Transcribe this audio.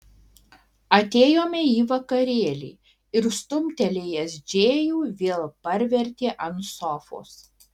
atėjome į vakarėlį ir stumtelėjęs džėjų vėl parvertė ant sofos